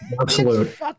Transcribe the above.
Absolute